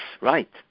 right